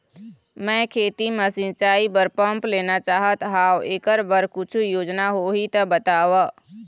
मैं खेती म सिचाई बर पंप लेना चाहत हाव, एकर बर कुछू योजना होही त बताव?